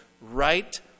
right